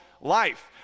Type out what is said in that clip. life